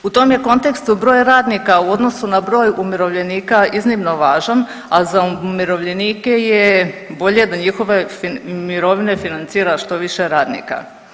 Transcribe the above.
U tom je kontekstu broj radnika u odnosu na broj umirovljenika iznimno važan, a za umirovljenike je bolje da njihove mirovine financira što više radnika.